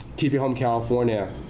keep your home california,